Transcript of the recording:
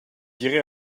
dirai